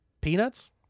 Peanuts